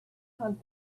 hunt